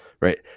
right